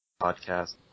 Podcast